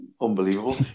Unbelievable